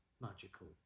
magical